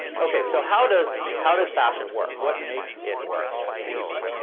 ok, so how does how does fashion work? what makes it work as a system?